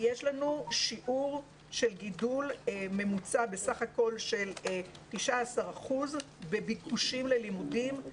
יש לנו שיעור של גידול ממוצע בסך הכול של 19% בביקושים ללימודים,